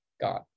god